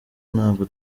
ntabwo